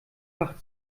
wach